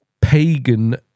pagan